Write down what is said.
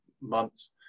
months